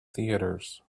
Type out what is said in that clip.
theatres